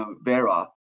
Vera